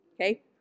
Okay